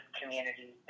community